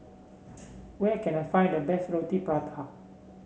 where can I find the best Roti Prata